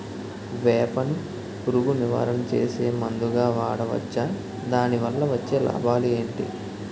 వేప ను పురుగు నివారణ చేసే మందుగా వాడవచ్చా? దాని వల్ల వచ్చే లాభాలు ఏంటి?